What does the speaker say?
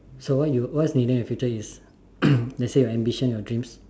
so what you what's needed in your future is let's say your ambition your dreams